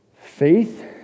Faith